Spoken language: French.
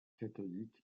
catholiques